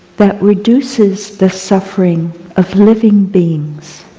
that reduces the suffering of living beings,